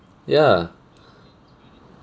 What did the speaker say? ya